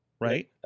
Right